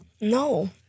No